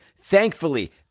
Thankfully